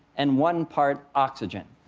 and one part oxygen.